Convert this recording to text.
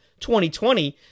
2020